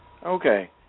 Okay